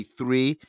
three